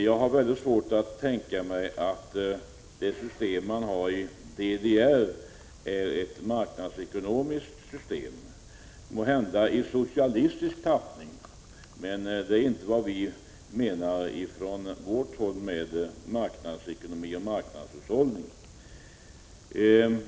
Jag har mycket svårt att tänka mig att det system man har i DDR är ett marknadsekonomiskt system — måhända i socialistisk tappning, men det är inte vad jag anser är marknadsekonomi och marknadshushållning.